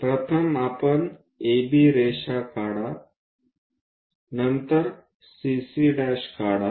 प्रथम आपण AB रेषा काढा आणि नंतर CC' काढा